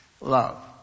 love